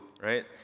right